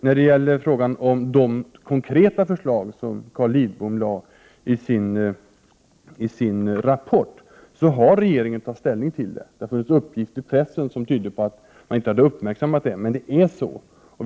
När det gäller de konkreta förslag som Carl Lidbom lade fram i sin rapport har regeringen tagit ställning till dem. Det har funnits uppgifter i pressen som tyder på att detta inte uppmärksammats, men så är det inte.